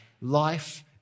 life